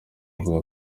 mvuga